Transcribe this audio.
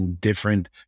different